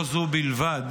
לא זו בלבד,